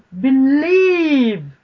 believe